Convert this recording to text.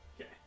Okay